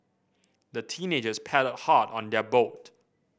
the teenagers paddled hard on their boat